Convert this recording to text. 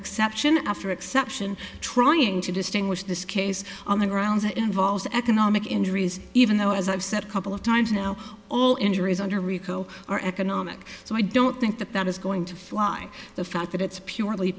exception after exception trying to distinguish this case on the grounds it involves economic injuries even though as i've said a couple of times now all injuries under rico are economic so i don't think that that is going to fly the fact that it's purely